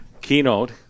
Keynote